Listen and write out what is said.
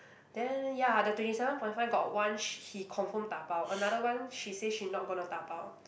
then ya the twenty seven point five got one sh~ he confirm dabao another one she say she not gonna dabao